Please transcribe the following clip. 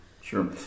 Sure